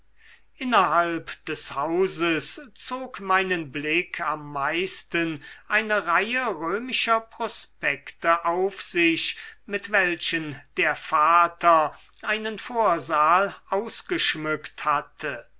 innerhalb des hauses zog meinen blick am meisten eine reihe römischer prospekte auf sich mit welchen der vater einen vorsaal ausgeschmückt hatte